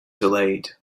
delayed